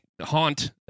haunt